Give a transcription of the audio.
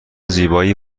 زیبایی